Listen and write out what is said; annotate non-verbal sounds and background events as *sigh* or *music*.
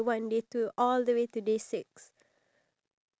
I have to you going to tell me [what] *laughs*